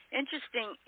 interesting